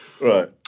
Right